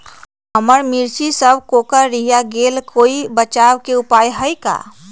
हमर मिर्ची सब कोकररिया गेल कोई बचाव के उपाय है का?